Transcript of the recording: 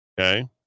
okay